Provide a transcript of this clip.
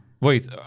Wait